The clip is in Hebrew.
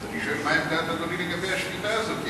אז אני רוצה לדעת מה עמדת אדוני לגבי השביתה הזאת,